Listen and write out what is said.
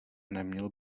neměl